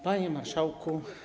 Panie Marszałku!